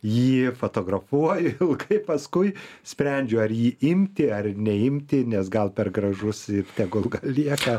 jį fotografuoju ilgai paskui sprendžiu ar jį imti ar neimti nes gal per gražus ir tegul lieka